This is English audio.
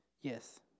Yes